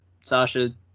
Sasha